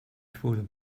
through